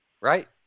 Right